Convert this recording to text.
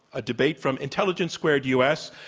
a debate from intelligence squared u. s.